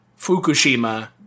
Fukushima